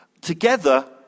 together